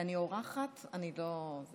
כשאני אורחת אני לא,